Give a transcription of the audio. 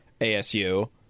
ASU